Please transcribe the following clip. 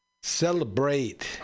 Celebrate